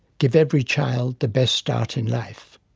give every child the best start in life.